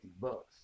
bucks